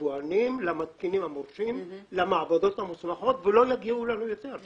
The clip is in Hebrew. ולמתקינים המורשים ולא יעבירו אותו אלינו יותר.